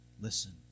Listen